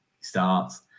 Starts